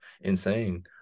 insane